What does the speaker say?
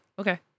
Okay